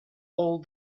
all